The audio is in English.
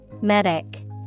Medic